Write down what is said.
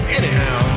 anyhow